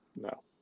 No